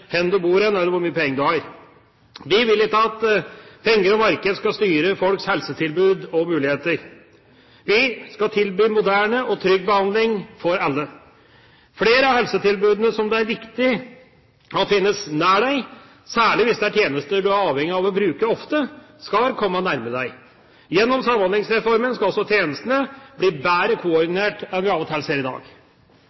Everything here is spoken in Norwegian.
du bor, eller hvor mye penger du har. Vi vil ikke at penger og marked skal styre folks helsetilbud og muligheter. Vi skal tilby moderne og trygg behandling for alle. Flere av helsetilbudene som det er viktig finnes nær deg – særlig hvis det er tjenester du er avhengig av å bruke ofte – skal komme nærme deg. Gjennom Samhandlingsreformen skal også tjenestene bli bedre